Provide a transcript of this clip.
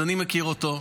אז אני מכיר אותו.